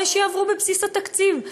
שיועברו בבסיס התקציב.